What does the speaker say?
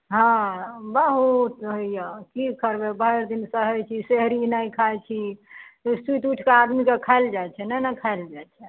हँ बहुत होइए की करबय भरि दिन सहय छी सहरी नहि खाइ छी सुति सुति उठिके आदमीके खायल जाइ छै नहि ने खायल जाइ छै